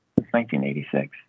1986